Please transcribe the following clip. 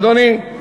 אדוני,